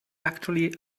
actually